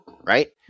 right